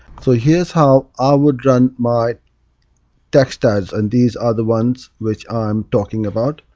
so here's how i would run my text ads and these are the ones which i'm talking about.